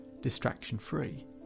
distraction-free